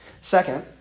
Second